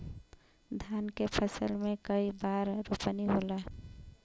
धान के फसल मे कई बार रोपनी होला?